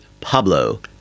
Pablo